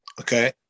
okay